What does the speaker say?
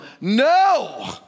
No